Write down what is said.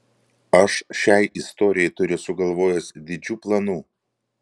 aš šiai istorijai turiu sugalvojęs didžių planų